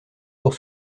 pour